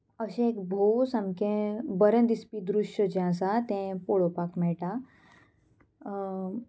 अशें एक भोव सामकें बरें दिसपी दृश्य जें आसा तें पळोवपाक मेळटा